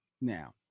now